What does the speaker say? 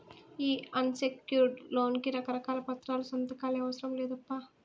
ఈ unsecured loan కి రకారకాల పత్రాలు, సంతకాలే అవసరం లేదప్పా